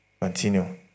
Continue